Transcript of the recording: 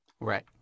Right